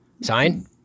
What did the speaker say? sign